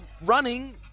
running